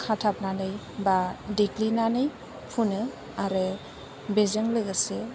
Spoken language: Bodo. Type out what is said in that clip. खाथाबनानै बा देग्लिनानै फुनो आरो बेजों लोगोसे